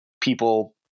people